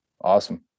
Awesome